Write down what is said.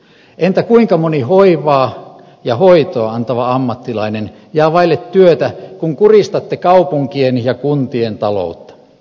entä kuinka moni hoivaa ja hoitoa antava ammattilainen jää vaille työtä kun kuristatte kaupunkien ja kuntien taloutta